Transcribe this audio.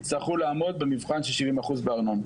יצטרכו לעמוד במבחן של 70% בארנונה.